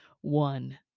one